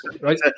right